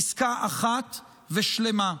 בעסקה אחת שלמה.